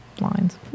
lines